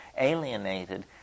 alienated